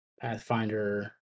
Pathfinder